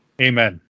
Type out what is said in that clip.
amen